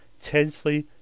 tensely